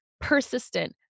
persistent